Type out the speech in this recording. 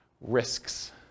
Risks